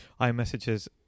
iMessages